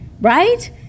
right